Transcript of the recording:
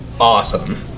awesome